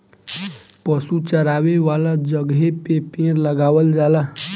पशु चरावे वाला जगहे पे पेड़ लगावल जाला